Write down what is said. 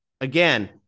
again